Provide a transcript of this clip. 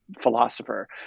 philosopher